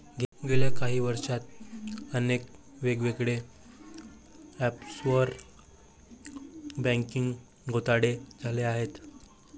गेल्या काही वर्षांत अनेक वेगवेगळे ऑफशोअर बँकिंग घोटाळे झाले आहेत